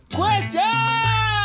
question